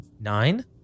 Nine